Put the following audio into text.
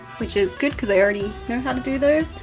which is good cause i already know how to do this.